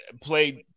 played